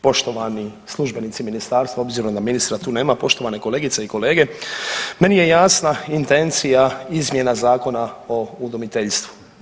Poštovani službenici ministarstva obzirom da tu ministra nema, poštovane kolegice i kolege meni je jasna intencija izmjena Zakona o udomiteljstvu.